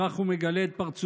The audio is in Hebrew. בכך הוא מגלה את פרצופו,